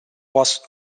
was